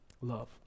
love